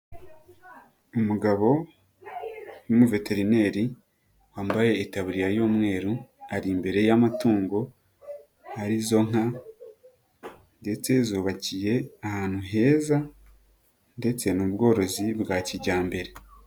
Umugabo, w'umuveterineri, wambaye itaburiya y'umweru ari imbere y'amatungo, arizo nka, ndetse zubakiye ahantu heza, ndetse ni ubworozi bwa kijyambere.